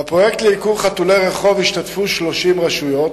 בפרויקט לעיקור חתולי רחוב ישתתפו 30 רשויות.